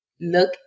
look